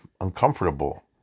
uncomfortable